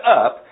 up